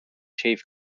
chief